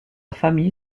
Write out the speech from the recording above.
famille